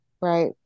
Right